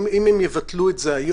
אם הם יבטלו את זה היום,